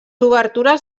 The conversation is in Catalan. obertures